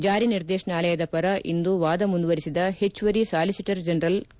ಜಾರಿ ನಿರ್ದೇಶನಾಲಯದ ಪರ ಇಂದು ವಾದ ಮುಂದುವರಿಸಿದ ಹೆಚ್ಚುವರಿ ಸಾಲಿಸಿಟರ್ ಜನರಲ್ ಕೆ